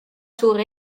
suur